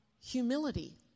Humility